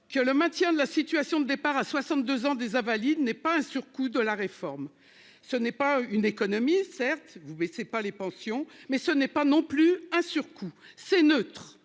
Que le maintien de la situation de départ à 62 ans des invalides n'est pas un surcoût de la réforme. Ce n'est pas une économie. Certes vous baissez pas les pensions, mais ce n'est pas non plus un surcoût c'est neutre